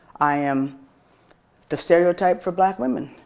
i am the stereotype for black women.